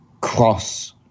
cross